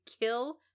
kill